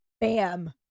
bam